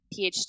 PhD